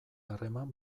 harreman